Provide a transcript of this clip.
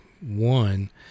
One